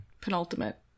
penultimate